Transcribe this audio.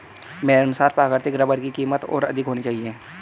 मेरे अनुसार प्राकृतिक रबर की कीमत और अधिक होनी चाहिए